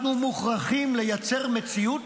אנחנו מוכרחים לייצר מציאות